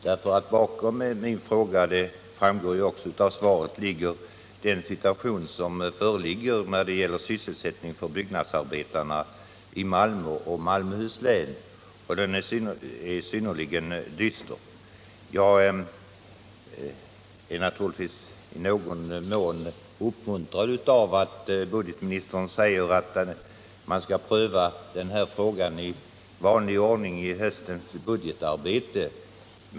Bakom min fråga ligger nämligen — det framgår också av svaret — den situation som råder när det gäller sysselsättning för byggnadsarbetarna i Malmö och Malmöhus län och som är synnerligen dyster. Naturligtvis är jag i någon mån uppmuntrad av att budgetministern säger att man skall pröva denna fråga i vanlig ordning i höstens budgetarbete.